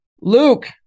Luke